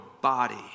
body